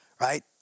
right